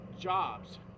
jobs